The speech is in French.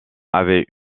avait